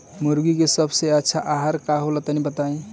मुर्गी के सबसे अच्छा आहार का होला तनी बताई?